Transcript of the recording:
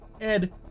ed